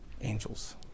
angels